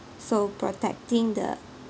so protecting the